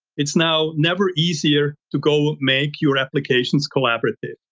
it's now never easier to go make your applications collaborative.